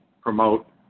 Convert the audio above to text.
promote